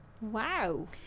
Wow